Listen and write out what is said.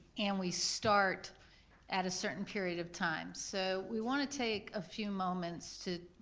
and we start at a certain period of time, so we wanna take a few moments to,